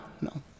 no